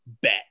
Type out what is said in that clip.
bet